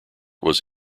was